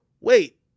wait